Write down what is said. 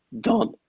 Done